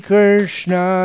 Krishna